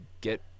get